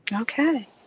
Okay